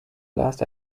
last